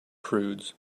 prudes